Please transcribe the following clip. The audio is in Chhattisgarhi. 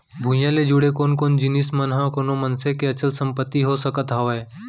भूइयां ले जुड़े कोन कोन जिनिस मन ह कोनो मनसे के अचल संपत्ति हो सकत हवय?